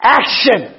action